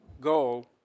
goal